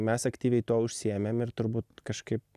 mes aktyviai tuo užsiėmėm ir turbūt kažkaip